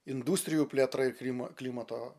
industrijų plėtrą ir krym klimato